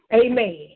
Amen